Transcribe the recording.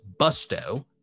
busto